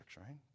right